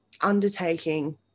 undertaking